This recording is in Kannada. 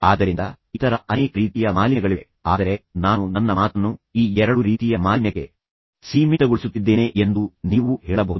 ಆದ್ದರಿಂದ ಇತರ ಅನೇಕ ರೀತಿಯ ಮಾಲಿನ್ಯಗಳಿವೆ ಆದರೆ ನಾನು ನನ್ನ ಮಾತನ್ನು ಈ ಎರಡು ರೀತಿಯ ಮಾಲಿನ್ಯಕ್ಕೆ ಸೀಮಿತಗೊಳಿಸುತ್ತಿದ್ದೇನೆ ಎಂದು ನೀವು ಹೇಳಬಹುದು